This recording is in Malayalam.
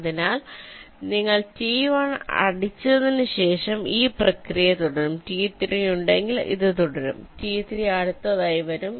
അതിനാൽ നിങ്ങൾ T1 അടിച്ചതിനുശേഷവും ഈ പ്രക്രിയ തുടരും T3 ഉണ്ടെങ്കിൽ ഇത് തുടരും T3 അടുത്തതായി വരും